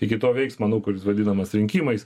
iki to veiksmo nu kuris vadinamas rinkimais